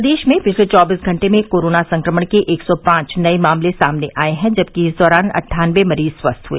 प्रदेश में पिछले चौबीस घंटे में कोरोना संक्रमण के एक सौ पांच नए मामले सामने आए हैं जबकि इस दौरान अट्ठानबे मरीज स्वस्थ हुए